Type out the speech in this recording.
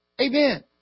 Amen